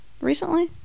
recently